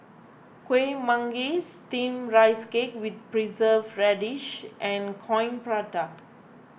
Kuih Manggis Steamed Rice Cake with Preserved Radish and Coin Prata